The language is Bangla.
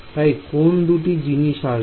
তাই কোন দুটি জিনিস আসবে